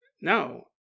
No